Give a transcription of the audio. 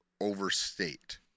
overstate